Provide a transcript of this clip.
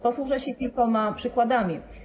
Posłużę się kilkoma przykładami.